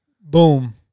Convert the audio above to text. Boom